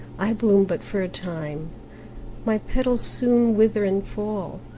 i bloom but for a time my petals soon wither and fall,